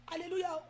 Hallelujah